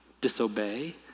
disobey